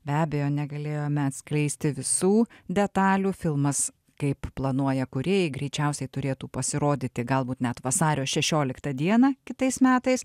be abejo negalėjome atskleisti visų detalių filmas kaip planuoja kūrėjai greičiausiai turėtų pasirodyti galbūt net vasario šešioliktą dieną kitais metais